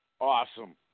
Awesome